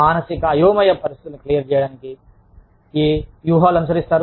మానసిక అయోమయ పరిస్థితులను క్లియర్ చేయడానికి ఏ వ్యూహాలను అనుసరిస్తారు